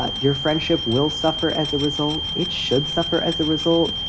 ah your friendship will suffer as a result. it should suffer as a result.